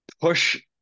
push